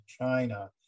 China